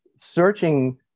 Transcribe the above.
searching